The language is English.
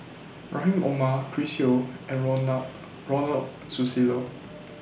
Rahim Omar Chris Yeo and Ronald Susilo